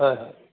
হয় হয়